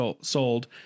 sold